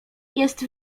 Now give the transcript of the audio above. jest